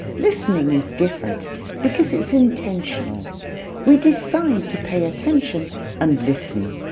listening is different because it's intentional we decide to pay attention and listen.